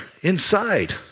inside